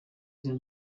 izina